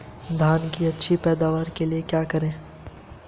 धान की अच्छी पैदावार के लिए क्या करें?